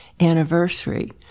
anniversary